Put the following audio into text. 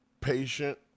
patient